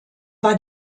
war